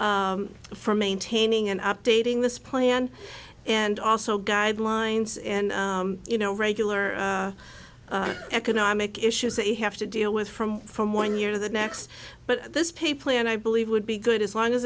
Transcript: methodology for maintaining and updating this plan and also guidelines and you know regular economic issues they have to deal with from from one year to the next but this pay plan i believe would be good as long as